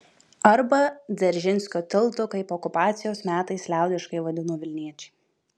arba dzeržinskio tiltu kaip okupacijos metais liaudiškai vadino vilniečiai